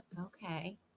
okay